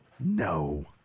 No